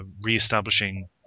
re-establishing